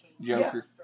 Joker